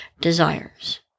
desires